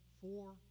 four